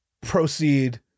proceed